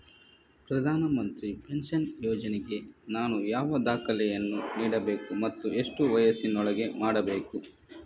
ಪ್ರಧಾನ ಮಂತ್ರಿ ಪೆನ್ಷನ್ ಯೋಜನೆಗೆ ನಾನು ಯಾವ ದಾಖಲೆಯನ್ನು ನೀಡಬೇಕು ಮತ್ತು ಎಷ್ಟು ವಯಸ್ಸಿನೊಳಗೆ ಮಾಡಬೇಕು?